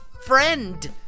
friend